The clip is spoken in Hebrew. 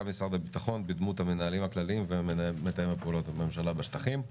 גם משרד הביטחון בדמות המנהלים הכלליים ומתאם פעולות הממשלה בשטחים.